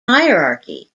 hierarchy